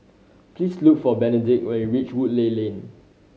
please look for Benedict when you reach Woodleigh Lane